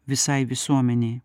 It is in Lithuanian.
visai visuomenei